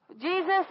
Jesus